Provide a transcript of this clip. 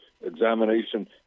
examination